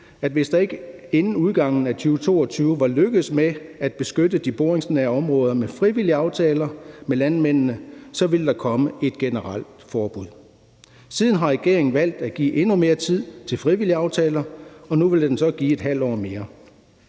at hvis man ikke inden udgangen af 2022 var lykkedes med at beskytte de boringsnære områder med frivillige aftaler med landmændene, ville der komme et generelt forbud. Siden har regeringen valgt at give endnu mere tid til frivillige aftaler, og nu vil den så give et halvt år mere.